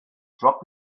dropped